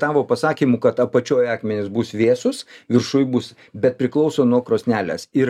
tavo pasakymu kad apačioj akmenys bus vėsūs viršuj bus bet priklauso nuo krosnelės ir